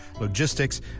logistics